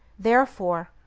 therefore,